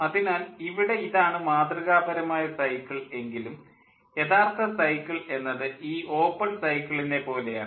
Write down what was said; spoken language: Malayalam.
അതിനാൽ ഇവിടെ ഇതാണ് മാതൃകാപരമായ സൈക്കിൾ എങ്കിലും യഥാർത്ഥ സൈക്കിൾ എന്നത് ഈ ഓപ്പൺ സൈക്കിളിനെ പോലെയാണ്